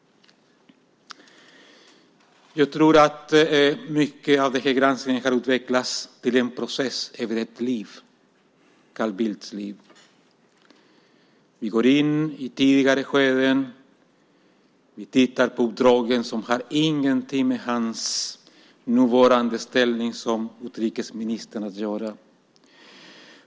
Jag tror att mycket av den här granskningen har utvecklats till en process över ett liv, Carl Bildts liv. Vi går in i tidigare skeden, vi tittar på uppdragen som inte har något med hans nuvarande ställning som utrikesminister att göra.